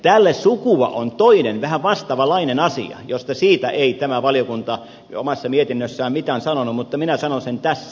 tälle sukua on toinen vähän vastaavanlainen asia josta ei tämä valiokunta omassa mietinnössään mitään sanonut mutta minä sanon sen tässä